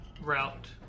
route